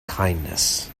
kindness